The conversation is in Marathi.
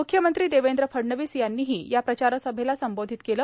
मुख्यमंत्री देवेंद्र फडणवीस यांनीही या प्रचारसभेला संबोधित केलं